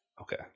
Okay